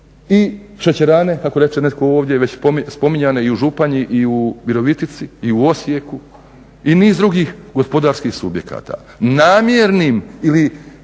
i šećerane kako reče ovdje neko već spominjanje i u Županji i u Virovitici i u Osijeku i niz drugih gospodarskih subjekata, namjernim